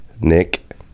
Nick